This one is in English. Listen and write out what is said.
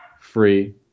free